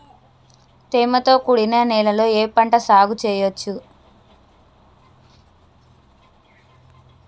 తేమతో కూడిన నేలలో ఏ పంట సాగు చేయచ్చు?